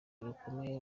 rukomeye